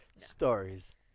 Stories